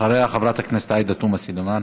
אחריה, חברת הכנסת עאידה תומא סלימאן.